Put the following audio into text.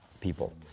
people